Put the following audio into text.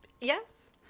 Yes